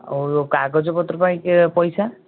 ଆଉ କାଗଜପତ୍ର ପାଇଁ ପଇସା